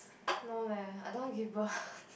no leh I don't want give birth